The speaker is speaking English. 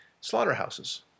slaughterhouses